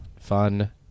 fun